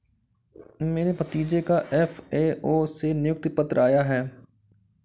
मेरे भतीजे का एफ.ए.ओ से नियुक्ति पत्र आया है